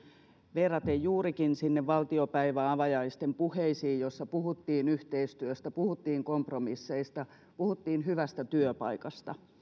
verraten tätä juurikin niihin valtiopäiväavajaisten puheisiin joissa puhuttiin yhteistyöstä puhuttiin kompromisseista puhuttiin hyvästä työpaikasta